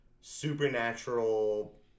supernatural